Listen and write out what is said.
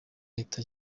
leta